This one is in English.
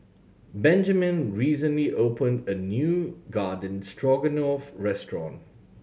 Benjamine recently opened a new Garden Stroganoff restaurant